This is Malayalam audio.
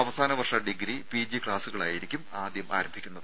അവസാന വർഷ ഡിഗ്രി പിജി ക്സാസുകളായിരിക്കും ആദ്യം ആരംഭിക്കുന്നത്